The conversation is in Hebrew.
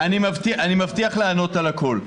חברים, אני מבטיח לענות על הכול.